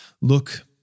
Look